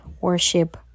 worship